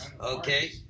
Okay